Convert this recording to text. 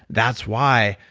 that's why.